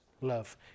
love